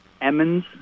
Emmons